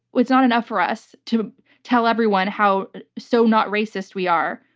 it's not enough for us to tell everyone how so not racist we are.